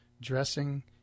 dressing